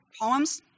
poems